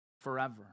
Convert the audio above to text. Forever